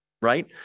right